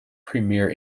premier